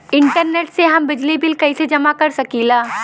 Internet से हम बिजली बिल कइसे जमा कर सकी ला?